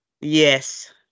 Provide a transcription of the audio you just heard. Yes